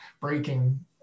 breaking